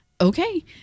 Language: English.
Okay